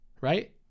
Right